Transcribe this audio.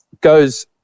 goes